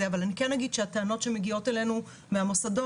אבל אני אגיד שהטענות שמגיעות אלינו מהמוסדות,